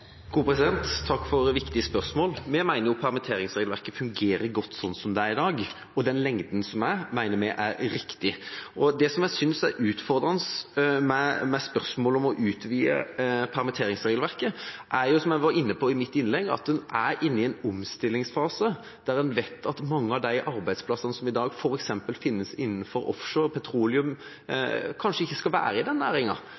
Takk for viktige spørsmål. Vi mener at permitteringsregelverket fungerer godt sånn som det er i dag. Den lengden som er, mener vi er riktig. Det som jeg synes er utfordrende med spørsmålet om å utvide permitteringsregelverket, og som jeg var inne på i mitt innlegg, er at en nå er inne i en omstillingsfase der en vet at mange av de arbeidsplassene som i dag f.eks. finnes innenfor offshore og petroleum, kanskje ikke skal være i den næringa.